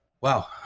Wow